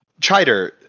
Chider